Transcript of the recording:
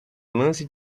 lance